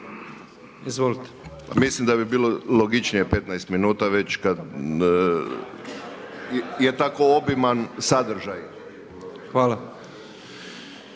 Pa mislim da bi bilo logičnije 15 minuta već kad je tako obiman sadržaj.